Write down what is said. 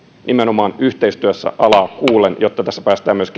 nimenomaan yhteistyössä alaa kuullen jotta tässä päästään myös